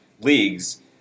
leagues